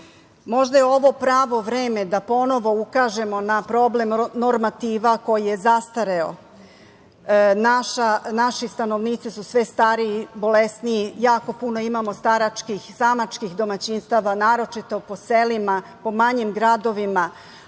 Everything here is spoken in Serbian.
je ovo pravo vreme da ponovo ukažemo na problem normativa koji je zastareo. Naši stanovnici su sve stariji i bolesniji, jako puno imamo staračkih i samačkih domaćinstava, naročito po selima, po manjim gradovima,